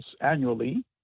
annually